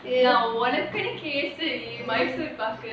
நான் உனக்கு kesari Mysore pak unaku kesari mysore paaku